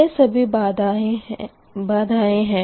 यह सभी बाधाएँ है